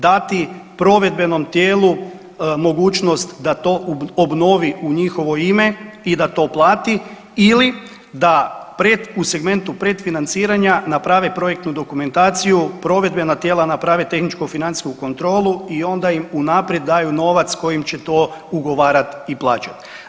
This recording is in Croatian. Dati provedbenom tijelu mogućnost da to obnovi u njihovo ime i da to platili ili da pred u segmentu predfinanciranja naprave projektnu dokumentaciju, provedbena tijela naprave tehničko financijsku kontrolu i onda im unaprijed daju novac kojim će to ugovarat i plaćat.